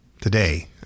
Today